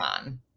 on